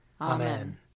Amen